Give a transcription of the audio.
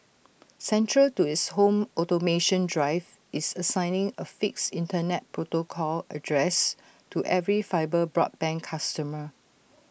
central to its home automation drive is assigning A fixed Internet protocol address to every fibre broadband customer